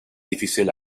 difficile